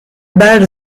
bad